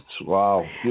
Wow